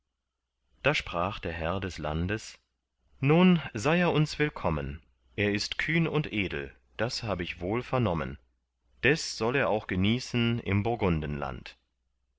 da sprach der herr des landes nun sei er uns willkommen er ist kühn und edel das hab ich wohl vernommen des soll er auch genießen im burgundenland